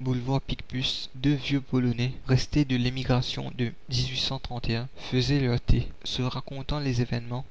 boulevard picpus deux vieux polonais restés de l'émigration de faisaient leur thé se racontant les événements